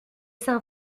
sans